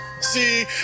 See